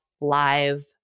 live